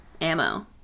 ammo